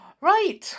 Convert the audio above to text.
Right